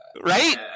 Right